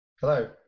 Hello